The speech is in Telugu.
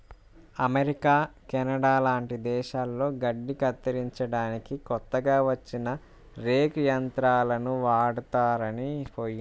అమెరికా, కెనడా లాంటి దేశాల్లో గడ్డి కత్తిరించడానికి కొత్తగా వచ్చిన రేక్ యంత్రాలు వాడతారని మావోడు చెప్పాడు